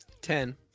Ten